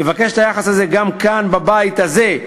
יבקש את היחס הזה גם כאן, בבית הזה,